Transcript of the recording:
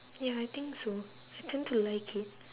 ya I think so I tend to like it